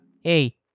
hey